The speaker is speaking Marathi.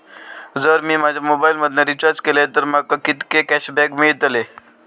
जर मी माझ्या मोबाईल मधन रिचार्ज केलय तर माका कितके कॅशबॅक मेळतले?